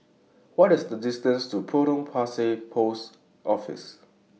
What IS The distance to Potong Pasir Post Office